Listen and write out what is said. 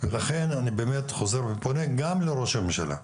לכן אני באמת חוזר ופונה גם לראש הממשלה,